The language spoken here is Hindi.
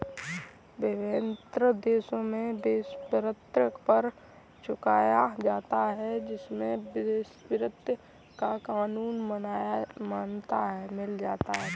विभिन्न देशों में वेश्यावृत्ति पर कर चुकाया जाता है जिससे वेश्यावृत्ति को कानूनी मान्यता मिल जाती है